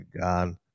god